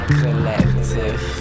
collective